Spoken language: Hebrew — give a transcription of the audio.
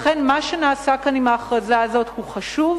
לכן מה שנעשה כאן עם ההכרזה הזאת הוא חשוב,